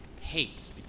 hates